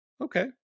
okay